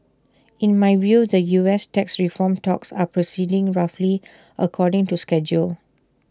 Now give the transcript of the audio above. in my view the us tax reform talks are proceeding roughly according to schedule